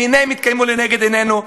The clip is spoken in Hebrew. והנה, הן התקיימו לנגד עינינו.